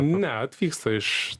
ne atvyksta iš